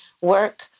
work